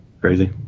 crazy